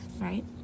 right